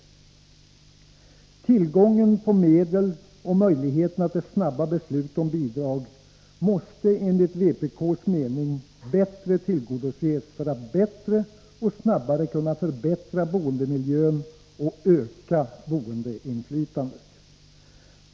Kraven när det gäller tillgången på medel om möjligheterna till snara beslut om bidrag måste enligt vpk:s mening bättre tillgodoses, för att man i större utsträckning och fortare skall kunna förbättra boendemiljön och öka boendeinflytandet.